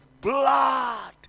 blood